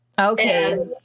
Okay